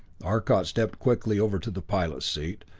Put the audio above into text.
arcot stepped quickly over to the pilots seat,